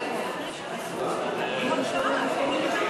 חברי חברי הכנסת,